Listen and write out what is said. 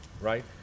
right